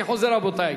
אני חוזר, רבותי,